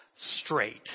straight